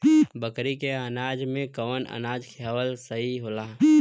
बकरी के अनाज में कवन अनाज खियावल सही होला?